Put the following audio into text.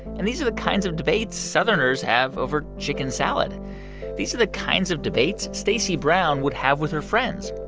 and these are the kinds of debates southerners have over chicken salad these are the kinds of debates stacy brown would have with her friends.